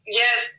yes